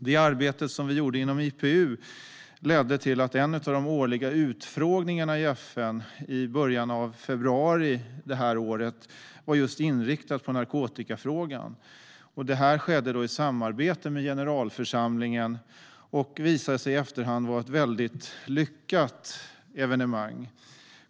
Det arbete som vi gjorde inom IPU ledde till att en av de årliga utfrågningarna i FN i början av februari i år var inriktad på just narkotikafrågan. Detta skedde i samarbete med generalförsamlingen och visade sig i efterhand vara ett väldigt lyckat evenemang.